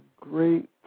great